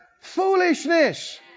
foolishness